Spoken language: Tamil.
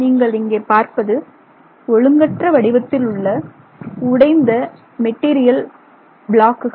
நீங்கள் இங்கே பார்ப்பது ஒழுங்கற்ற வடிவத்தில் உள்ள உடைந்த மெட்டீரியல் ப்ளாக்குகளை